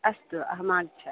अस्तु अहम् आगच्छामि